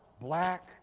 black